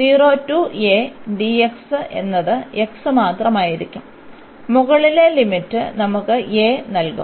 0 to a dx എന്നത് x മാത്രമായിരിക്കും മുകളിലെ ലിമിറ്റ് നമുക്ക് a നൽകും